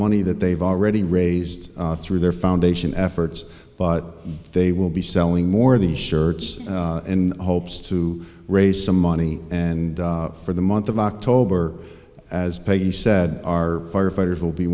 money that they've already raised through their foundation efforts but they will be selling more of these shirts in hopes to raise some money and for the month of october as peggy said our firefighters will be